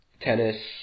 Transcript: Tennis